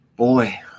Boy